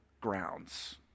grounds